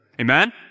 Amen